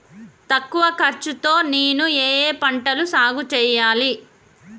తక్కువ ఖర్చు తో నేను ఏ ఏ పంటలు సాగుచేయాలి?